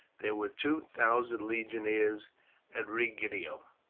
there were two thousand legionaries at rhegium.